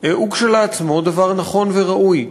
הוא כשלעצמו דבר נכון וראוי.